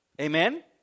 Amen